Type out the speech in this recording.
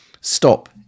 Stop